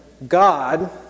God